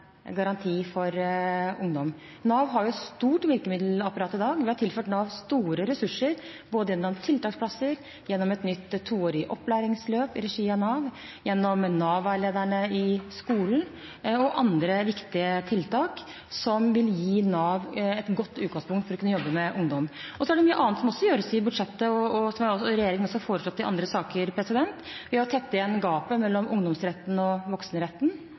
garanti for ungdom. Nav har et stort virkemiddelapparat i dag. Vi har tilført Nav store ressurser både gjennom tiltaksplasser, gjennom et nytt toårig opplæringsløp i regi av Nav, gjennom Nav-veilederne i skolen og andre viktige tiltak, som vil gi Nav et godt utgangspunkt for å kunne jobbe med ungdom. Så er det mye annet som også gjøres i budsjettet, og som regjeringen også har foreslått i andre saker. Det å tette igjen gapet mellom ungdomsretten og